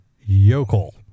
Yokel